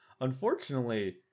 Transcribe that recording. Unfortunately